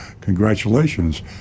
congratulations